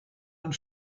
and